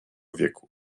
wieku